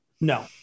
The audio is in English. No